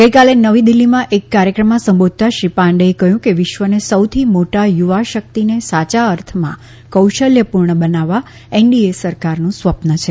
ગઈકાલે નવી દિલ્હીમાં એક કાર્યક્રમમાં સંબોધતા શ્રી પાંડેએ કહ્યું કે વિશ્વને સૌથી મોટા યુવા શકિતને સાયા અર્થમાં કૌશલ્યપુર્ણ બનાવવા એનડીએ સરકારનું સ્વપ્ન છે